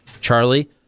Charlie